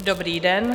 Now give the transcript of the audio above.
Dobrý den.